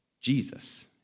Jesus